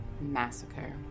massacre